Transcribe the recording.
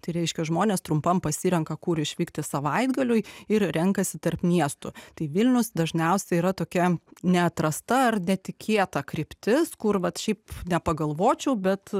tai reiškia žmonės trumpam pasirenka kur išvykti savaitgaliui ir renkasi tarp miestų tai vilnius dažniausiai yra tokia neatrasta ar netikėta kryptis kur vat šiaip nepagalvočiau bet